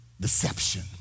Deception